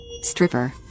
Stripper